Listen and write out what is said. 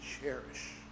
cherish